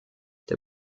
der